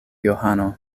johano